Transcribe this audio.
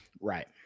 Right